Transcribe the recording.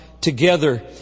together